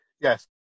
Yes